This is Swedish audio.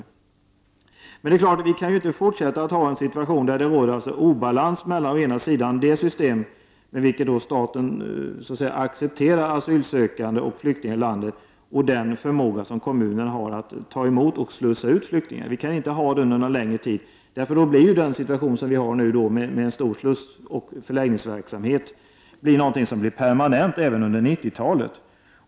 Vi kan emellertid inte i fortsättningen ha en situation av obalans mellan å ena sidan det system enligt vilket staten accepterar asylsökande och flyktingar i landet, och å andra sidan den förmåga som kommunerna har att ta emot och slussa ut flyktingar. Vi kan inte ha kvar den situationen under någon längre tid, eftersom den situation vi har nu, med en stor slussoch förläggningsverksamhet, då kan bli någonting permanent även under 90-talet.